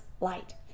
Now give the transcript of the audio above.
light